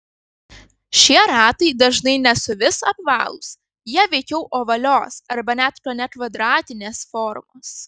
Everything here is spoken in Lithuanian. šie ratai dažnai ne suvis apvalūs jie veikiau ovalios arba net kone kvadratinės formos